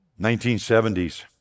1970s